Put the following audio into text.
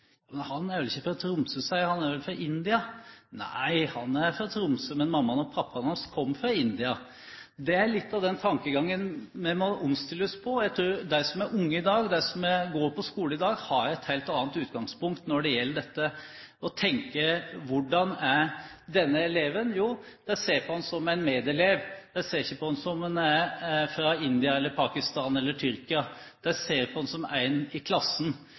vel fra India. Nei, han er fra Tromsø, men mammaen og pappaen hans kommer fra India. Det er litt av den tankegangen vi må omstille oss på. Jeg tror at de som er unge i dag, de som går på skole i dag, har et helt annet utgangspunkt når det gjelder det å tenke: Hvordan er denne eleven? Jo, jeg ser på ham som en medelev, jeg ser ikke på ham som om han er fra India, Pakistan eller Tyrkia. De ser på ham som én i klassen.